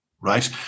right